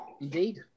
Indeed